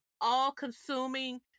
all-consuming